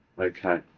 Okay